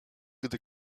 gdy